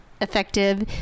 Effective